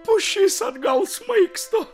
pušis atgal smaigsto